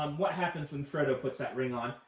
um what happens when frodo puts that ring on.